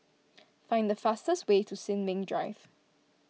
find the fastest way to Sin Ming Drive